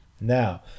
now